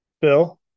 Bill